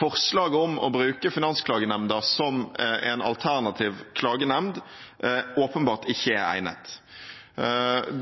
forslaget om å bruke Finansklagenemnda som en alternativ klagenemnd åpenbart ikke er egnet.